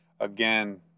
Again